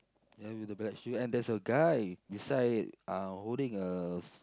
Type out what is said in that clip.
and with the batch here and there's a guy beside it uh holding a f~